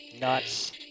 nuts